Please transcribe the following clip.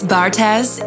Bartez